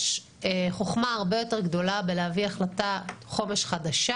יש חוכמה הרבה יותר גדולה בלהביא החלטת חומש חדשה